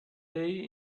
day